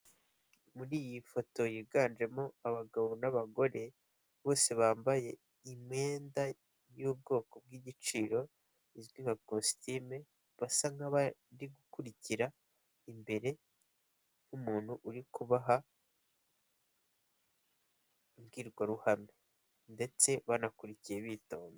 Muri iyi foto yiganjemo abagabo n'abagore bose bambaye imyenda y'ubwoko bw'igiciro izwi nka kositime; basa nk'abari gukurikira imbere nk'umuntu uri kubaha imbwirwaruhame, ndetse banakurikiye bitonze.